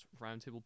Roundtable